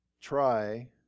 try